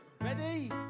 Ready